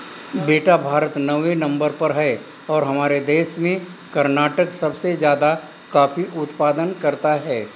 बेटा भारत नौवें नंबर पर है और हमारे देश में कर्नाटक सबसे ज्यादा कॉफी उत्पादन करता है